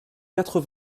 quatre